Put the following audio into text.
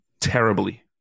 terribly